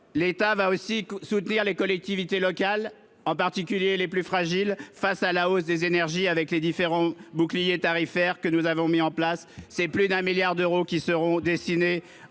l'État soutiendra aussi les collectivités locales, en particulier les plus fragiles, face à la hausse du prix des énergies, grâce aux différents boucliers tarifaires que nous avons mis en place. Plus d'un milliard d'euros seront destinés